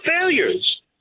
failures